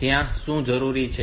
ત્યાં શું જરૂરી છે